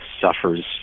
suffers